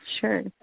sure